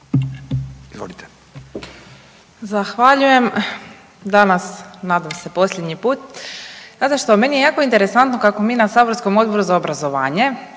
(SDP)** Zahvaljujem danas nadam se posljednji put. Znate što, meni je jako interesantno kako mi na saborskom Odboru za obrazovanje